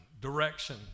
direction